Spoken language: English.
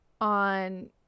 on